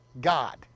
God